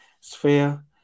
sphere